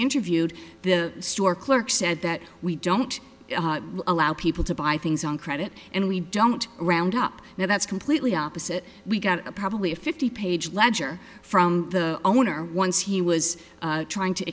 interviewed the store clerk said that we don't allow people to buy things on credit and we don't round up now that's completely opposite we got a probably a fifty page ledger from the owner once he was trying to